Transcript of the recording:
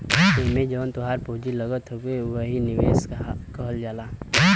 एम्मे जवन तोहार पूँजी लगल हउवे वही के निवेश कहल जाला